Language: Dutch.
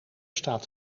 staat